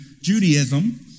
Judaism